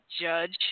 judge